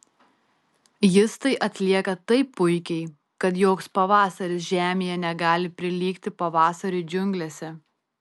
jis tai atlieka taip puikiai kad joks pavasaris žemėje negali prilygti pavasariui džiunglėse